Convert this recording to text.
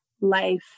life